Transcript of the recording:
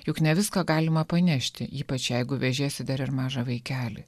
juk ne viską galima panešti ypač jeigu vežiesi dar ir mažą vaikelį